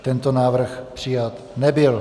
Tento návrh přijat nebyl.